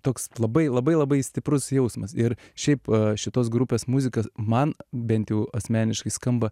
toks labai labai labai stiprus jausmas ir šiaip šitos grupės muzika man bent jau asmeniškai skamba